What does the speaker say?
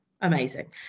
Amazing